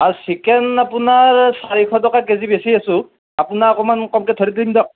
অঁ চিকেন আপোনাৰ চাৰিশ টকা কেজি বেচি আছোঁ আপোনাক অকণমান কমকৈ ধৰি দিম দিয়ক